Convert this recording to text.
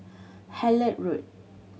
Hullet Road